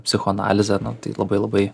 psichoanalizę nu tai labai labai